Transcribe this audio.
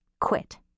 quit